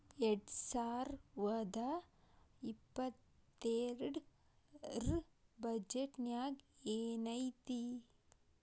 ಎರ್ಡ್ಸಾವರ್ದಾ ಇಪ್ಪತ್ತೆರ್ಡ್ ರ್ ಬಜೆಟ್ ನ್ಯಾಗ್ ಏನೈತಿ?